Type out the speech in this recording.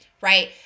right